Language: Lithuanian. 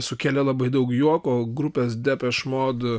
sukelė labai daug juoko grupės depeš mod